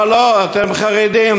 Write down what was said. אבל לא, אתם חרדים.